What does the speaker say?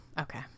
okay